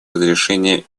разрешению